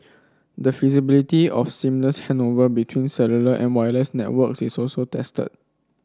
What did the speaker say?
the feasibility of seamless handover between cellular and wireless networks is also tested